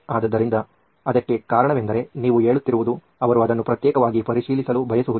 ಅದ್ದರಿಂದ ಅದಕ್ಕೆ ಕಾರಣವೆಂದರೆ ನೀವು ಹೇಳುತ್ತಿರುವುದು ಅವರು ಅದನ್ನು ಪ್ರತ್ಯೇಕವಾಗಿ ಪರಿಶೀಲಿಸಲು ಬಯಸುವುದು